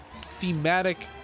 thematic